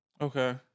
Okay